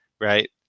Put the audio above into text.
right